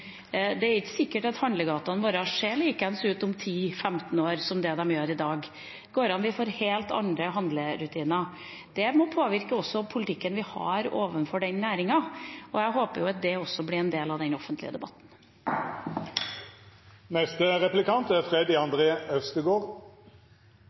Det er ikke sikkert at handlegatene våre ser likeens ut om ti–femten år som det de gjør i dag. Vi kan få helt andre handlerutiner, og det må også påvirke politikken vi har overfor den næringen – så jeg håper det også blir en del av den offentlige debatten. Gratulerer til den nye kulturministeren! Her kommer en replikk om det faktiske feltet hennes. Det er